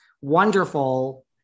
wonderful